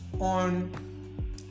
on